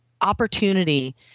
opportunity